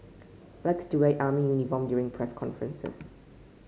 likes to wear army uniform during press conferences